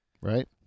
right